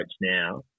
now